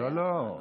לא, לא.